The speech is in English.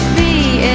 the